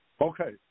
Okay